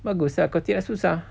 bagus ah kalau tidak susah